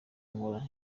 nkora